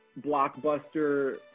blockbuster